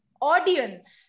audience